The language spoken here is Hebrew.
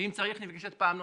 ואם צריך נפגשת פעם נוספת,